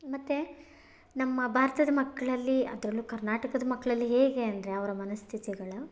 ಮತ್ತು ನಮ್ಮ ಭಾರತದ ಮಕ್ಕಳಲ್ಲಿ ಅದರಲ್ಲೂ ಕರ್ನಾಟಕದ ಮಕ್ಕಳಲ್ಲಿ ಹೇಗೆ ಅಂದರೆ ಅವರ ಮನಸ್ಥಿತಿಗಳು